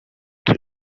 both